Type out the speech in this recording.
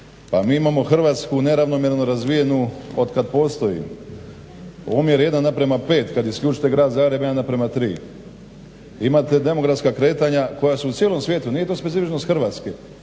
Pa imamo Hrvatsku neravnomjerno razvijenu otkad postoji omjer 1:5, kad isključite Grad Zagreb 1:3. Imate demokratska kretanja koje su u cijeloj svijetu, nije to specifičnost Hrvatske